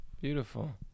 Beautiful